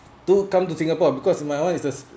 to come to singapore because my one is the